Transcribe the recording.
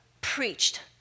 preached